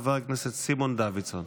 חבר הכנסת סימון דוידסון.